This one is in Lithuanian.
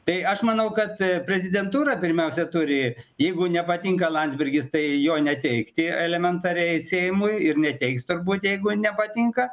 tai aš manau kad prezidentūra pirmiausia turi jeigu nepatinka landsbergis tai jo neteikti elementariai seimui ir neteiks turbūt jeigu nepatinka